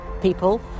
people